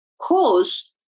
cause